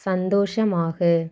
சந்தோஷமாக